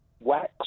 wax